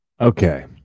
Okay